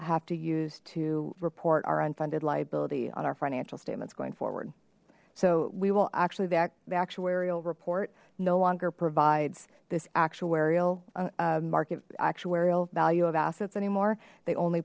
have to use to report our unfunded liability on our financial statements going forward so we will actually the actuarial report no longer provides this actuarial market actuarial value of assets anymore they only